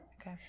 Okay